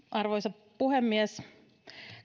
arvoisa puhemies